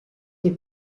des